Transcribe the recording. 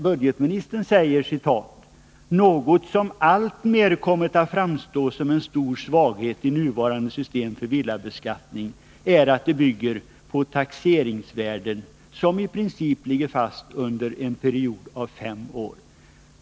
Budgetministern skriver: ”Något som alltmer kommit att framstå som en stor svaghet i nuvarande system för villabeskattning är att det bygger på taxeringsvärden som i princip ligger fast under en period av fem år.